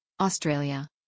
Australia